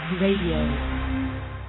Radio